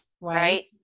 right